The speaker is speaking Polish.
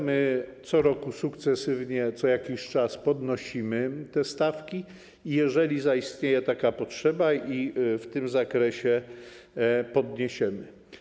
My co roku sukcesywnie co jakiś czas podnosimy te stawki i jeżeli zaistnieje taka potrzeba, to i w tym zakresie je podniesiemy.